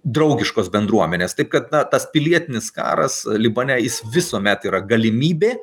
draugiškos bendruomenės taip kad na tas pilietinis karas libane jis visuomet yra galimybė